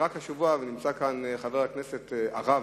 רק השבוע, ונמצא כאן חבר הכנסת הרב